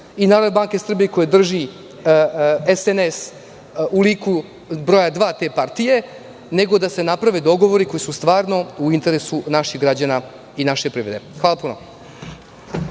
i Narodne banke Srbije koju drži SNS u liku broja dva te partije, nego da se naprave dogovori koji su stvarno u interesu naših građana i naše privrede. Hvala puno.